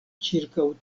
ĉirkaŭ